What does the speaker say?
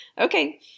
Okay